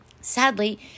Sadly